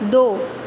دو